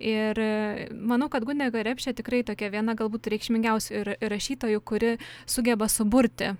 ir manau kad gundega repšė tikrai tokia viena galbūt reikšmingiausių ir rašytojų kuri sugeba suburti